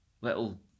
little